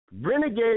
Renegade